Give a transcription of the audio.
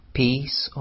peace